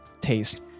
taste